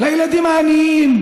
לילדים העניים?